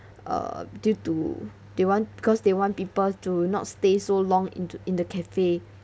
uh due to they want because they want people to not stay so long into in the cafe